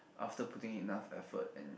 after putting enough effort and